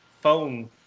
phone